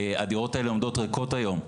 הדירות האלה עומדות ריקות היום,